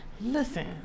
Listen